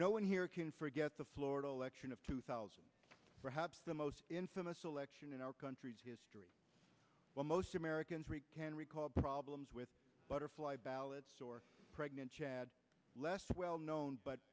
no one here can forget the florida election of two thousand perhaps the most infamous election in our country's history when most americans can recall problems with butterfly ballots or pregnant chad less well known but